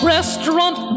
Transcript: Restaurant